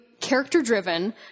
character-driven